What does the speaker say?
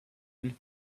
one